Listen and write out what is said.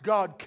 God